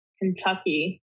Kentucky